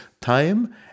time